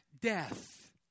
death